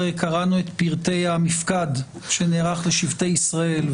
קראנו את פרטי המפקד שנערך לשבטי ישראל,